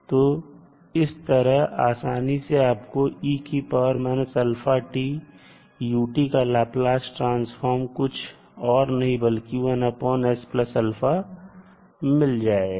तो इस तरह आसानी से आपको का लाप्लास ट्रांसफॉर्म कुछ और नहीं बल्कि मिल जाएगा